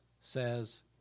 says